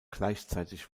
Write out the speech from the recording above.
gleichzeitig